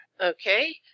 Okay